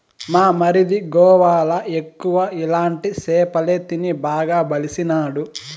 మా మరిది గోవాల ఎక్కువ ఇలాంటి సేపలే తిని బాగా బలిసినాడు